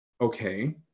okay